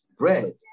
bread